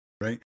right